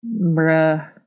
Bruh